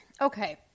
Okay